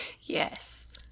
yes